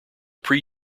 pre